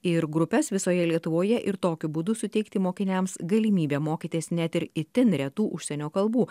ir grupes visoje lietuvoje ir tokiu būdu suteikti mokiniams galimybę mokytis net ir itin retų užsienio kalbų